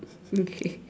okay